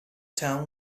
town